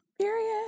Period